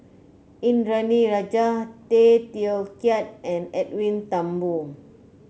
Indranee Rajah Tay Teow Kiat and Edwin Thumboo